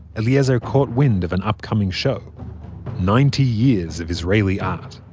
eliezer caught wind of an upcoming show ninety years of israeli art.